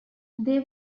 they